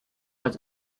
als